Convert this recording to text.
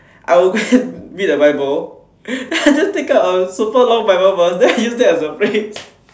I would go and read the bible then I just take out a super long bible verse then I use that as a phrase